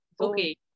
Okay